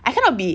I cannot be